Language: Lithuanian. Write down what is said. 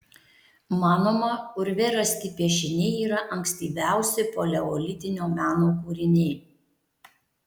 manoma urve rasti piešiniai yra ankstyviausi paleolitinio meno kūriniai